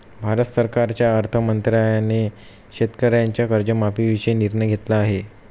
भारत सरकारच्या अर्थ मंत्रालयाने शेतकऱ्यांच्या कर्जमाफीविषयी निर्णय घेतला आहे